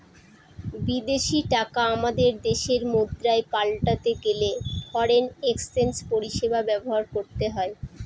বিদেশী টাকা আমাদের দেশের মুদ্রায় পাল্টাতে গেলে ফরেন এক্সচেঞ্জ পরিষেবা ব্যবহার করতে হয়